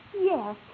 Yes